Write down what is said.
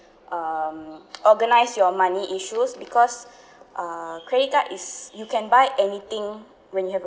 um organize your money issues because uh credit card is you can buy anything when you have a